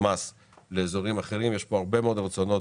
מס באזורים אחרים יש פה הרבה מאוד רצונות